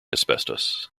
asbestos